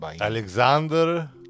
Alexander